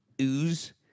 ooze